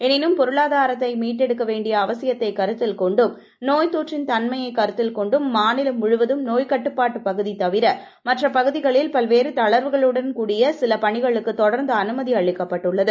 எனினும் பொருளாதாரத்தை மீட்டெடுக்க வேண்டிய அவசியத்தை கருத்தில் கொண்டும் நோய்த் தொற்றின் தன்மையை கருத்தில் கொண்டும் மாநிலம் முழுவதும் நோய்க் கட்டுப்பாட்டு பகுதி தவிர மற்ற பகுதிகளில் பல்வேறு தளர்வுகளுடன் சில பணிகளுக்கு தொடர்ந்து அனுமதி அளிக்கப்பட்டுள்ளது